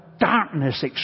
darkness